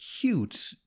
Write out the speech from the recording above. cute